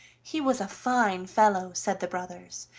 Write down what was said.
he was a fine fellow, said the brothers,